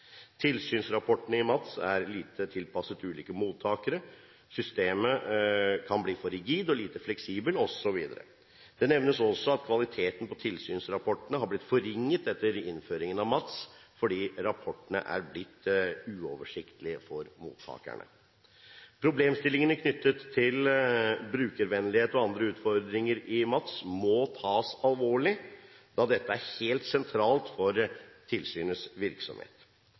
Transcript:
kan bli for rigid, lite fleksibelt osv. Det nevnes også at kvaliteten på tilsynsrapportene har blitt forringet etter innføringen av MATS, fordi rapportene har blitt uoversiktlige for mottakerne. Problemstillingene knyttet til brukervennlighet og andre utfordringer i MATS må tas alvorlig, da dette er helt sentralt for tilsynets virksomhet.